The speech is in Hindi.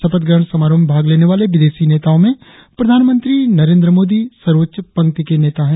शपथ ग्रहण समारोह में भाग लेने वाले विदेशी नेताओं में प्रधानमंत्री मोदी सर्वोच्च पंक्ति के नेता है